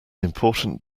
important